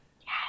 Yes